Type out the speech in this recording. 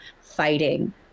fighting